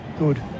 Good